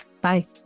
Bye